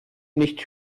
nicht